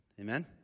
Amen